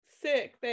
sick